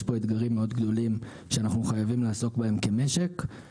פה אתגרים מאוד גדולים שאנחנו חייבים לעסוק בהם כמשק.